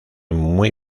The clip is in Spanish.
muy